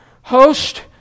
host